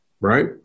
right